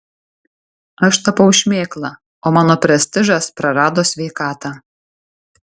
aš tapau šmėkla o mano prestižas prarado sveikatą